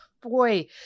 Boy